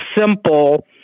simple